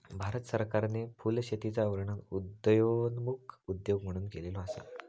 भारत सरकारने फुलशेतीचा वर्णन उदयोन्मुख उद्योग म्हणून केलेलो असा